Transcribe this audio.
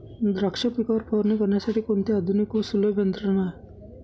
द्राक्ष पिकावर फवारणी करण्यासाठी कोणती आधुनिक व सुलभ यंत्रणा आहे?